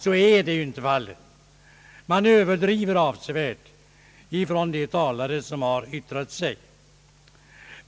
Så är ju inte fallet. De talare som hittills har yttrat sig överdriver avsevärt.